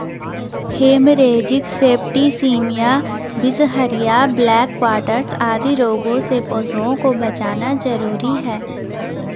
haemorrhagic septicaemia, बिसहरिया, black quarters आदि रोगों से पशुओं को बचाना जरूरी है